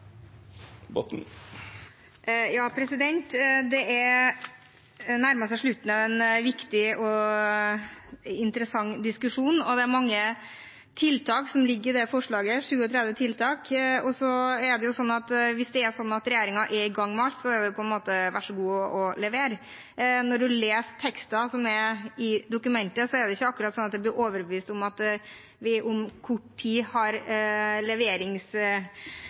Det nærmer seg slutten av en viktig og interessant diskusjon. Det er mange tiltak som ligger i dette representantforslaget – 37 tiltak – og hvis regjeringen er i gang med alt, er det vær så god å levere. Når man leser teksten i dokumentet, er det ikke akkurat sånn at man blir overbevist om at det blir levert om kort tid, og at statsråden kommer glad og opplagt hit til Stortinget og forteller om alt han har